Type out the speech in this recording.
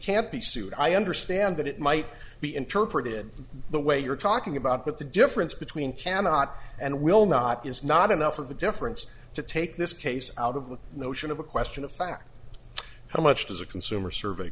can't be sued i understand that it might be interpreted the way you're talking about but the difference between cannot and will not is not enough of a difference to take this case out of the notion of a question of fact how much does a consumer survey